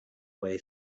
way